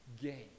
Gain